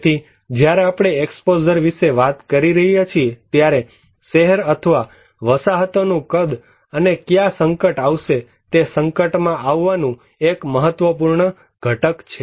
તેથી જ્યારે આપણે એક્સપોઝર વિશે વાત કરી રહ્યા છીએ ત્યારે શહેર અથવા વસાહતો નું કદ અને ક્યાં સંકટ આવશે તે સંકટ માં આવવાનું એક મહત્વપૂર્ણ ઘટક છે